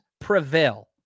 prevail